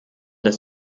dass